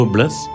Bless